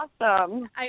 awesome